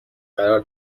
قرار